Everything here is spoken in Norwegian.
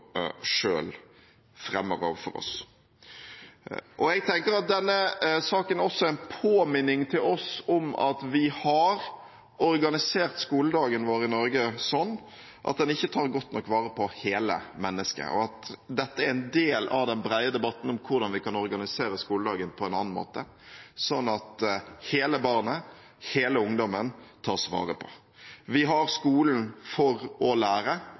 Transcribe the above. fremmer overfor oss. Jeg tenker at denne saken også er en påminning til oss om at vi har organisert skoledagen i Norge slik at den ikke tar godt nok vare på hele mennesket, og at dette er en del av den brede debatten om hvordan vi kan organisere skoledagen på en annen måte, slik at hele barnet, hele ungdommen, tas vare på. Vi har skolen for å lære,